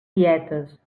dietes